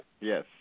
Yes